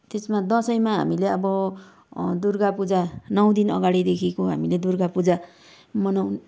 त्यसमा दसैँमा हामीले अब दुर्गा पूजा नौ दिन अगाडिदेखिको हामीले दुर्गा पूजा मनाउँ